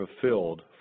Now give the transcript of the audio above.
fulfilled